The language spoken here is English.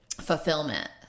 fulfillment